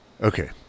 Okay